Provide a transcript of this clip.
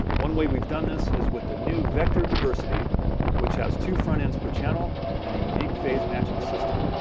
one way we've done this is with the new vector diversity which has two front ends per channel and a unique phase matching system.